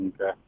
Okay